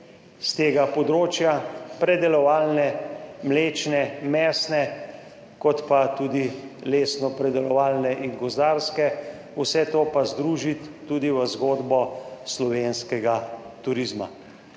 s tega področja predelovalne mlečne, mesne kot pa tudi lesnopredelovalne in gozdarske, vse to pa združiti tudi v zgodbo slovenskega turizma.